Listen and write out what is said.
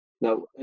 Now